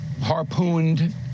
harpooned